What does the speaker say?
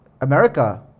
America